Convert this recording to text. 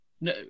No